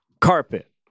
carpet